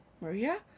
Maria